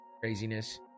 craziness